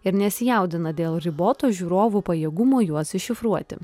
ir nesijaudina dėl riboto žiūrovų pajėgumo juos iššifruoti